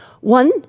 One